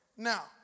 Now